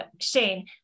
Shane